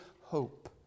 hope